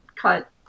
cut